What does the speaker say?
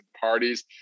parties